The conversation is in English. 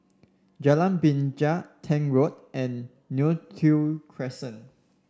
Jalan Binja Tank Road and Neo Tiew Crescent